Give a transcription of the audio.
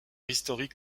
historique